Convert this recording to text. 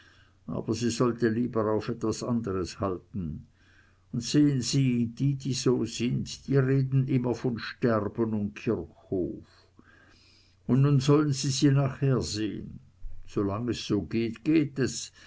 aber sie sollte lieber auf was andres halten und sehen sie die die so sind die reden immer von sterben und kirchhof und nun sollen sie sie nachher sehn solang es so geht geht es